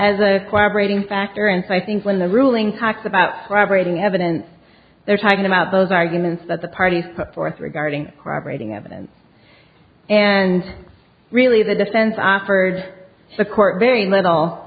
lab rating factor and so i think when the ruling talks about for operating evidence they're talking about those arguments that the parties put forth regarding corroborating evidence and really the defense offered the court very little